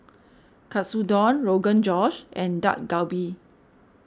Katsudon Rogan Josh and Dak Galbi